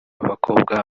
b’abakobwa